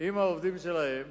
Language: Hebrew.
עם העובדים שלהם: